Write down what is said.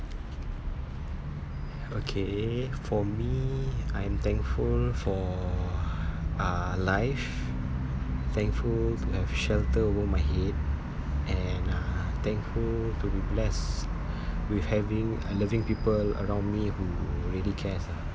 okay for me I'm thankful for uh life thankful to have shelter over my head and uh thankful to be blessed with having loving people around me who really cares ah